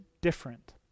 different